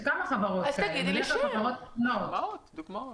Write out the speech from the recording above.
יש כמה חברות כאלה, זה בדרך כלל חברות קטנות.